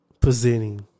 presenting